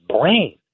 brain